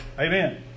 Amen